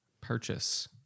purchase